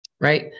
right